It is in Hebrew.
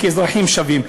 וכאזרחים שווים,